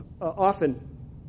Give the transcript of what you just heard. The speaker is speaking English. often